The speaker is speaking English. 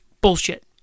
Bullshit